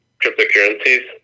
cryptocurrencies